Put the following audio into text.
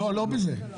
לא בזה.